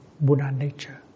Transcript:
Buddha-nature